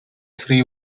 free